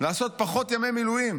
לעשות פחות ימי מילואים.